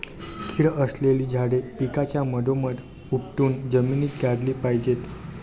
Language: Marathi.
कीड असलेली झाडे पिकाच्या मधोमध उपटून जमिनीत गाडली पाहिजेत